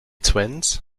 twins